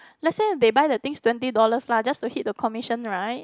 let's say they buy the things twenty dollars lah just to hit the commission right